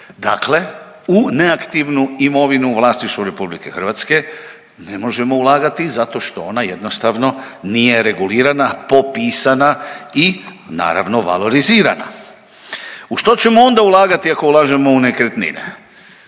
Dakle u neaktivnu imovinu u vlasništvu RH ne možemo ulagati zato što ona jednostavno nije regulirana, popisana i naravno, valorizirana. U što ćemo onda ulagati ako ulažemo u nekretnine?